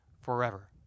forever